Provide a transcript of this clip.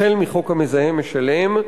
החל בחוק המזהם משלם,